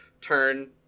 turn